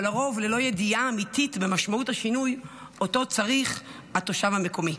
אבל לרוב ללא ידיעה אמיתית של משמעות השינוי שאותו צריך התושב המקומי.